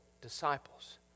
disciples